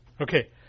Okay